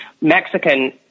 Mexican